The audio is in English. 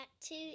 two